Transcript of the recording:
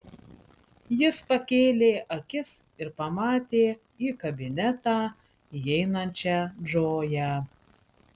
jis pakėlė akis ir pamatė į kabinetą įeinančią džoją